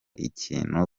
ikintu